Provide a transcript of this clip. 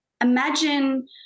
imagine